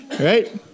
Right